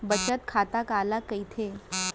बचत खाता काला कहिथे?